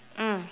mm